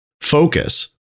focus